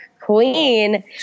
queen